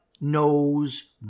knows